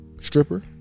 stripper